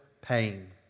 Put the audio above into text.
pain